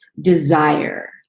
desire